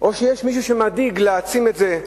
או שיש מישהו שדואג להעצים את זה,